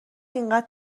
اینقدر